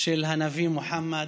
של הנביא מוחמד.